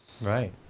Right